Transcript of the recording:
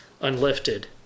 unlifted